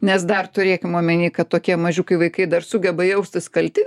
nes dar turėkim omeny kad tokie mažiukai vaikai dar sugeba jaustis kalti